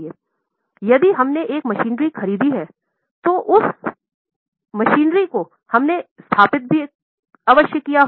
इसलिए यदि आपने एक मशीनरी खरीदी है तो उसे स्थापना की कुछ आवश्यकता होगी